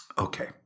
Okay